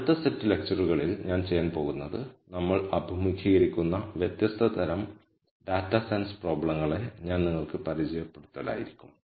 അടുത്ത സെറ്റ് ലെക്ചറുകളിൽ ഞാൻ ചെയ്യാൻ പോകുന്നത് നമ്മൾ അഭിമുഖീകരിക്കുന്ന വ്യത്യസ്ത തരം ഡാറ്റാ സയൻസ് പ്രോബ്ലങ്ങളെ ഞാൻ നിങ്ങൾക്ക് പരിചയപ്പെടുത്തലായിരിക്കും